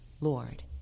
Lord